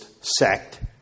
sect